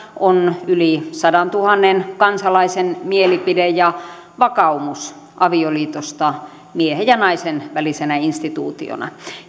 on yli sadantuhannen kansalaisen mielipide ja vakaumus avioliitosta miehen ja naisen välisenä instituutiona